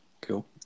Cool